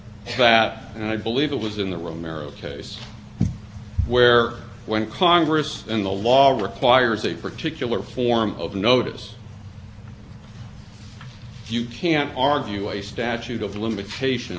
form of notice you can't argue a statute of limitations defense to get around the obligation the action they took in the amendment as applied at least to mr